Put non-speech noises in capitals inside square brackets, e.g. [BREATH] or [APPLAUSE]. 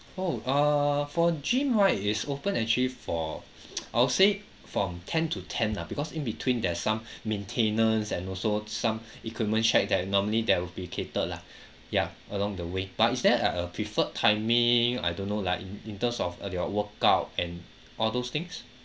oh uh for gym right it's open actually for [NOISE] I would say from ten to ten lah because in between there's some [BREATH] maintenance and also some [BREATH] equipment check that normally that would be catered lah ya along the way but is there like a preferred timing I don't know like in in terms of like your workout and all those things